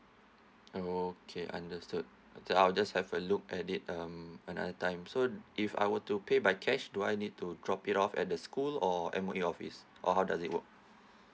okay understood I'll just have a look at it um another time so if I will to pay by cash do I need to drop it off at the school or M_O_E office or how does it work